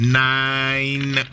nine